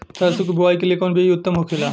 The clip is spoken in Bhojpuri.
सरसो के बुआई के लिए कवन बिज उत्तम होखेला?